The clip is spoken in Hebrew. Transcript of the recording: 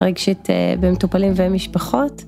רגשית בין מטופלים ובין משפחות.